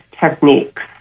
techniques